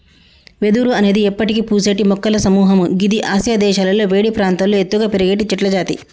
వెదురు అనేది ఎప్పటికి పూసేటి మొక్కల సముహము గిది ఆసియా దేశాలలో వేడి ప్రాంతాల్లో ఎత్తుగా పెరిగేటి చెట్లజాతి